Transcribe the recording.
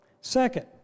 Second